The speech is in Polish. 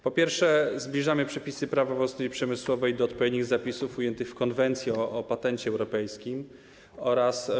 Po pierwsze, zbliżamy przepisy Prawa własności przemysłowej do odpowiednich zapisów ujętych w Konwencji o patencie europejskim oraz